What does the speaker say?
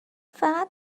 فقط